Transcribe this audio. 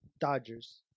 Dodgers